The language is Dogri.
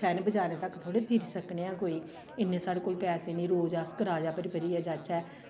शैह्रें बजारें धोड़ी तक फिरी सकनेआं कोई इन्ने साढ़े कोल पैसे निं अस रोज़ कराया भरी भरी जाचै